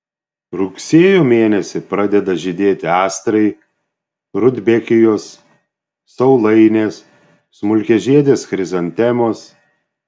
rugsėjo mėnesį pradeda žydėti astrai rudbekijos saulainės smulkiažiedės chrizantemos